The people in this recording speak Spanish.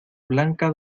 blanca